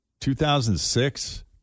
2006